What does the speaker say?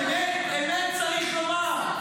אמת צריך לומר.